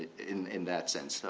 in in that sense.